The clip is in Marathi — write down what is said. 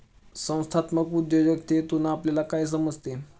संस्थात्मक उद्योजकतेतून आपल्याला काय समजते?